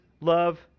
love